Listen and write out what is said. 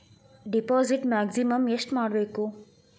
Deposit maximum ಎಷ್ಟು ಮಾಡಬೇಕು?